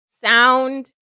sound